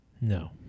No